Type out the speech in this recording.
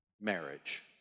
marriage